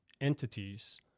entities